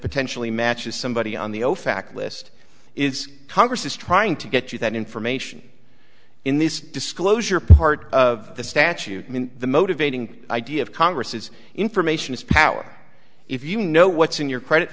potentially matches somebody on the ofac list is congress is trying to get you that information in this disclosure part of the statute the motivating idea of congress is information is power if you know what's in your credit